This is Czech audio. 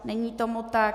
Není tomu tak.